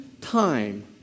time